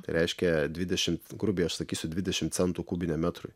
tai reiškia dvidešimt grubiai aš sakysiu dvidešimt centų kubiniam metrui